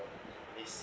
it's